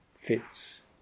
fits